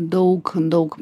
daug daug